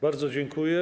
Bardzo dziękuję.